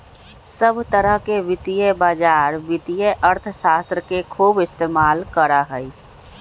सब तरह के वित्तीय बाजार वित्तीय अर्थशास्त्र के खूब इस्तेमाल करा हई